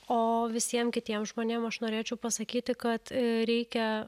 o visiem kitiem žmonėm aš norėčiau pasakyti kad reikia